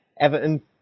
Everton